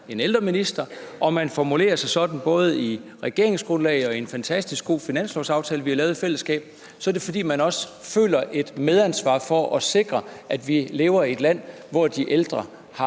en ældreminister og man formulerer sig sådan både i regeringsgrundlaget og i en fantastisk god finanslovsaftale, der er lavet i fællesskab, er det, fordi man føler et medansvar for at sikre, at vi lever i et land, hvor de ældre har